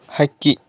ಹಕ್ಕಿ